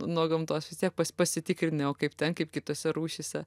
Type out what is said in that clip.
nuo gamtos vis tiek pasitikrini o kaip ten kaip kitose rūšyse